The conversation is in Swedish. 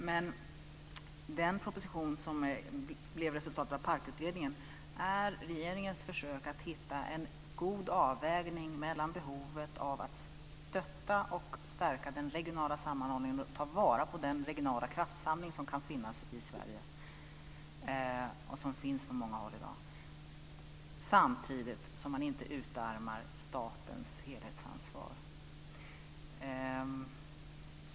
Men den proposition som blev resultatet av PARK utredningen är regeringens försök att hitta en god avvägning mellan behovet av att stötta och stärka den regionala sammanhållningen och ta vara på den regionala kraftsamling som kan finnas och som finns på många håll i Sverige i dag, samtidigt som man inte utarmar statens helhetsansvar.